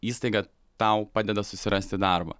įstaiga tau padeda susirasti darbą